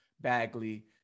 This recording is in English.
bagley